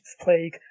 Plague